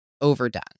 overdone